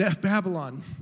Babylon